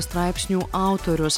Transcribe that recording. straipsnių autorius